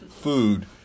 food